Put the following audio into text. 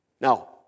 Now